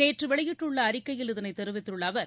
நேற்று வெளியிட்டுள்ள அறிக்கையில் இதனை தெரிவித்துள்ள அவர்